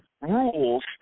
rules